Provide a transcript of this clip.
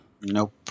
Nope